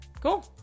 Cool